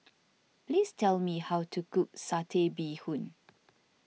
please tell me how to cook Satay Bee Hoon